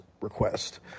request